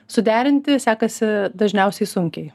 suderinti sekasi dažniausiai sunkiai